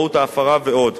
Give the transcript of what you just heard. מהות ההפרה ועוד.